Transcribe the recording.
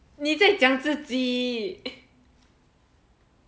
你在讲自己